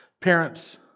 Parents